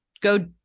go